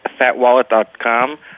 FatWallet.com